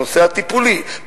הנושא הטיפולי,